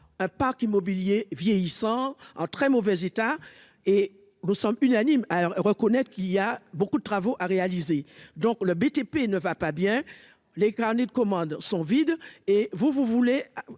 un parc immobilier vieillissant en très mauvais état et nous sommes unanimes à reconnaître qu'il y a beaucoup de travaux à réaliser, donc le BTP ne va pas bien, les carnets de commande sont vides et vous vous voulez-vous